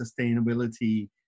sustainability